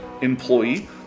employee